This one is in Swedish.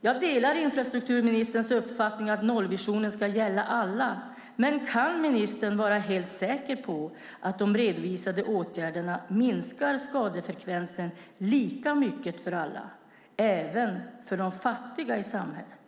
Jag delar infrastrukturministerns uppfattning om att nollvisionen ska gälla alla. Men kan ministern vara helt säker på att de redovisade åtgärderna minskar skadefrekvensen lika mycket för alla, även för de fattiga i samhället?